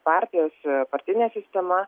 partijos partinė sistema